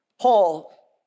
Paul